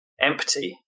empty